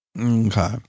Okay